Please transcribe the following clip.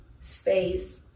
space